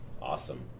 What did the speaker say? Awesome